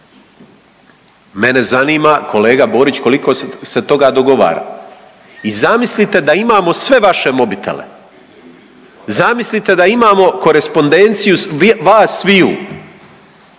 Mene zanima kolega Borić koliko se toga dogovara i zamislite da imamo sve vaše mobitele, zamislite da imamo korespondenciju vas sviju